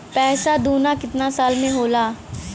पैसा दूना कितना साल मे होला?